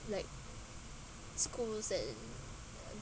like schools and uh